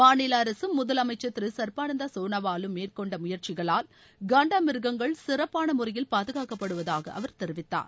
மாநில அரசும் முதலமைச்சர் திரு சர்பானந்தா சோனாவாலும் மேற்கொண்ட முயற்சிகளால் காண்டா மிருகங்கள் சிறப்பான முறையில் பாதுகாக்கப்படுவதாக அவர் தெரிவித்தார்